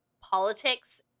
politics